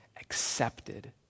accepted